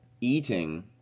Eating